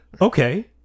Okay